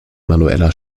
manueller